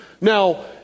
Now